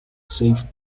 safe